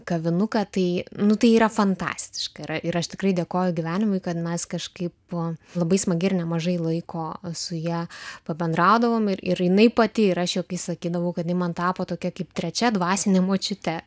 kavinuką tai nu tai yra fantastiška yra ir aš tikrai dėkoju gyvenimui kad mes kažkaip labai smagi ir nemažai laiko su ja pabendraudavom ir ir jinai pati ir aš jau kai sakydavau kad ji man tapo tokia kaip trečia dvasine močiute